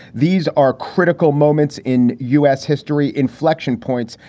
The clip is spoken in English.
these are critical moments in u s. history, inflection points.